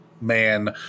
man